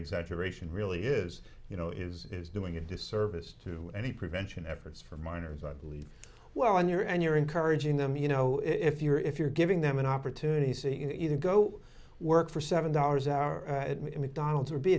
exaggeration really is you know is is doing a disservice to any prevention efforts for minors i believe well on your end you're encouraging them you know if you're if you're giving them an opportunity say you know either go work for seven dollars hour at mcdonald's or be